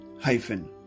hyphen